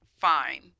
Fine